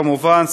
כמובן,